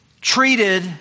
treated